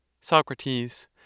Socrates